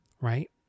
right